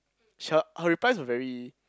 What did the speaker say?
she her her replies were very